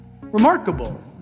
Remarkable